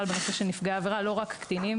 בנושא של נפגעי עבירה לא רק קטינים,